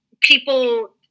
people